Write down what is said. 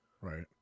Right